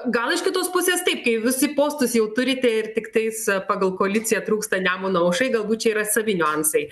gal iš kitos pusės taip kai visi postus jau turite ir tiktais pagal koaliciją trūksta nemuno aušrai galbūt čia yra savi niuansai